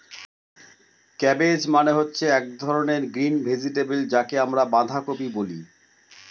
cabbage মানে হচ্ছে এক ধরনের গ্রিন ভেজিটেবল যাকে আমরা বাঁধাকপি বলে